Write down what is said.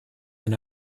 ein